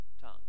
tongue